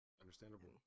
understandable